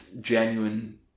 genuine